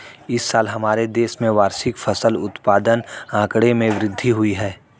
इस साल हमारे देश में वार्षिक फसल उत्पादन आंकड़े में वृद्धि हुई है